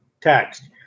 text